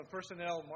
personnel